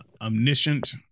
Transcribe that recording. omniscient